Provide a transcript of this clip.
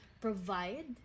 provide